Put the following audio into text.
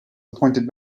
appointed